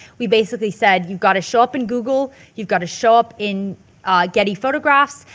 we basically said, you've gotta show up in google. you've gotta show up in getty photographs.